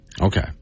Okay